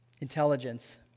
intelligence